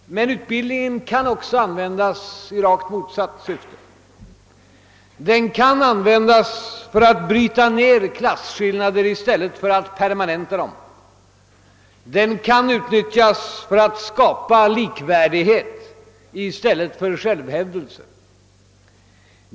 Men utbildningen kan också användas i rakt motsatt syfte. Den kan användas för att bryta ned klasskillnader i stället för att permanenta dem, den kan utnyttjas för att skapa likvärdighet i stället för självhävdelse.